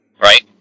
right